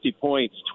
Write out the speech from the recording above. points